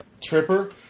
Tripper